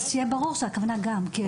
שיהיה ברור שהכוונה גם.